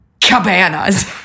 cabanas